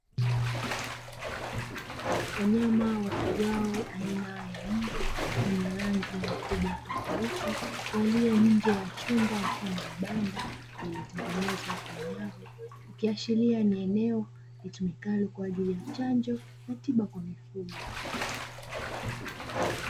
Wanyama wafugwao aina ya mbwa wenye rangi na ukubwa tofautitofauti walio nje ya chumba mfano wa banda lililo tengenezwa kwa nyavu, ikiashiria ni eneo litumikalo kwaajili ya chanjo na tiba kwa mifugo.